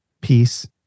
peace